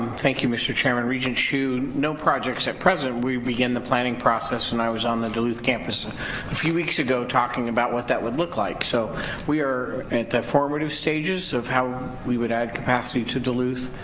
thank you mr. chairman, regent hsu. no projects at present. we began the planning process when i was on the duluth campus ah a few weeks ago talking about what that would look like. so we are at the formative stages of how we would add capacity to duluth,